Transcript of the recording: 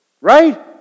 Right